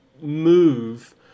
move